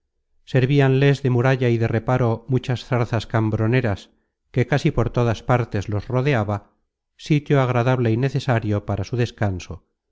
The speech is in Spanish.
servíanles de muralla y de reparo muchas zarzas cambroneras que casi por todas partes los rodeaba sitio agradable y necesario para su descanso